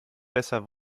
besser